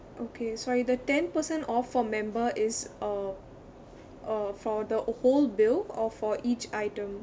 okay sorry the ten percent off for member is uh uh for the whole bill or for each item